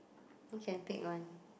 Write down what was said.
you can pick one